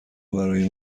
برای